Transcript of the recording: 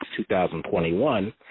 2021